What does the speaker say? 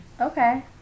Okay